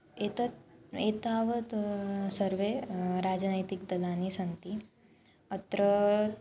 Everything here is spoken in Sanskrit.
एतत् एतावत् सर्वे राजनैतिकदलानि सन्ति अत्र